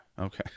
okay